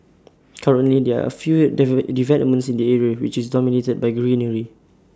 currently there are A few developments in the area which is dominated by greenery